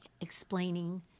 explaining